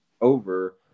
over